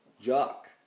Jock